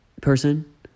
person